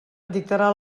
dictarà